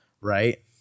right